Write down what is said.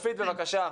גולן, בבקשה.